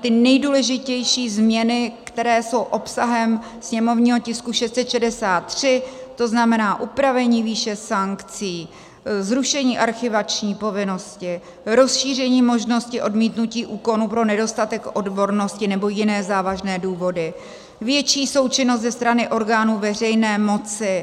ty nejdůležitější změny, které jsou obsahem sněmovního tisku 63, to znamená upravení výše sankcí, zrušení archivační povinnosti, rozšíření možnosti odmítnutí úkonu pro nedostatek odbornosti nebo jiné závažné důvody, větší součinnost ze strany orgánů veřejné moci.